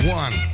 one